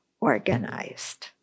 Organized